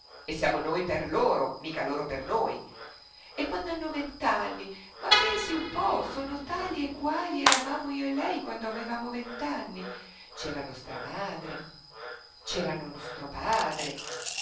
e siamo noi per loro mica loro per noi e quand'hanno vent'anni ma pensi un po sono tali e quali eravamo io e lei quand'avevamo vent'anni c'era nostra madre c'era nostro padre